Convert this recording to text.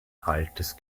altes